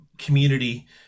community